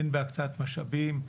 הן בהקצאת משאבים,